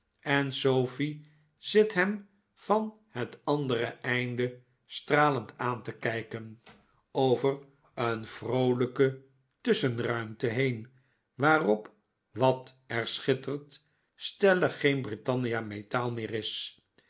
en sofie zit hem van het andere einde stralend aan te kijken over een vroolijke tusschenruimte heen waarop wat er schittert stellig geen britannia metaal meer is